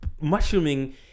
mushrooming